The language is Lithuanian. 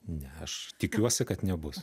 ne aš tikiuosi kad nebus